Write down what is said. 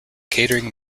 catering